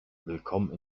willkommen